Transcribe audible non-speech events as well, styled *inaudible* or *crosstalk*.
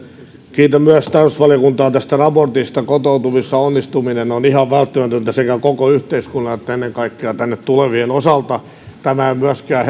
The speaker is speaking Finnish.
kiitän myös tarkastusvaliokuntaa tästä raportista kotoutumisessa onnistuminen on ihan välttämätöntä sekä koko yhteiskunnalle että ennen kaikkea tänne tulevien osalta tämä ei myöskään *unintelligible*